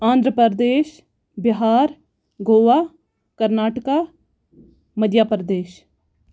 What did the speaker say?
Andhra Pradesh Bihar Goa Karnataka Madhya Pradesh